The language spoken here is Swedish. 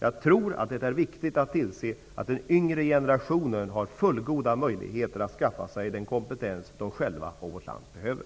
Jag tror att det är viktigt att tillse att den yngre generationen har fullgoda möjligheter att skaffa sig den kompetens de själva och vårt land behöver.